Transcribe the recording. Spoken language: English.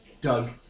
Doug